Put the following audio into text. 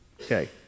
Okay